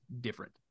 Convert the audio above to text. different